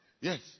Yes